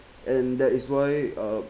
and that is why uh